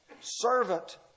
servant